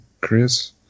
Chris